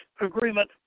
agreement